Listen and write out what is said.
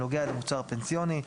הנוגע למוצר פנסיוני".